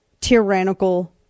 tyrannical